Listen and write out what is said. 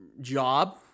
job